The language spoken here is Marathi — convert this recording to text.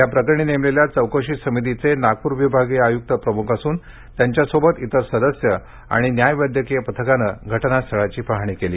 या प्रकरणी नेमलेल्या चौकशी समितीचे नागपूर विभागीय आयुक्त प्रमुख असून त्यांच्यासोबत इतर सदस्य आणि न्यायवैद्यकीय पथकानं घटनास्थळाची पाहणी केली